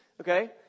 Okay